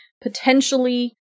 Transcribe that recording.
potentially